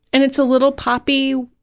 and it's a little poppy,